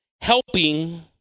helping